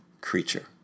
creature